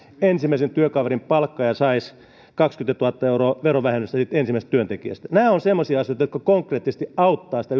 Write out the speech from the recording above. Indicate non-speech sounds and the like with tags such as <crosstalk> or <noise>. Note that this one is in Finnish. ensimmäisen työkaverin palkkaaja saisi kaksikymmentätuhatta euroa verovähennystä siitä ensimmäisestä työntekijästä nämä ovat semmoisia asioita jotka konkreettisesti auttavat sitä <unintelligible>